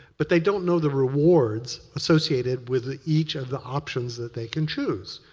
but they don't know the rewards associated with each of the options that they can choose.